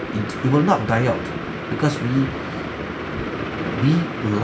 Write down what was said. it it will not die out because we we like